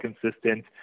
consistent